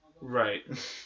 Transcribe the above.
right